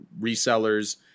resellers